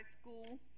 School